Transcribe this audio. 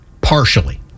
partially